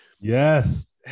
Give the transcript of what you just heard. Yes